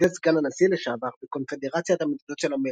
צידד סגן הנשיא לשעבר בקונפדרציית המדינות של אמריקה,